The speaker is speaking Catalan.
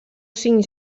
cinc